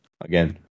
Again